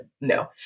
no